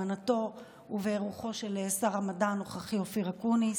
בהזמנתו ובאירוחו של שר המדע הנוכחי אופיר אקוניס.